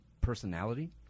personality